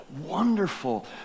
wonderful